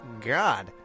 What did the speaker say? God